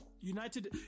United